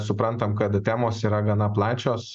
suprantam kad temos yra gana plačios